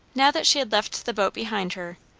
now that she had left the boat behind her,